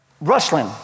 rustling